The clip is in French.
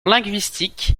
linguistique